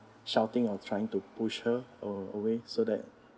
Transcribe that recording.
shouting or trying to push her a~ away so that